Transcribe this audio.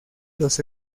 los